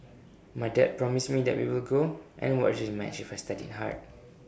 my dad promised me that we will go and watch this match if I studied hard